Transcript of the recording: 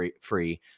free